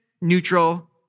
neutral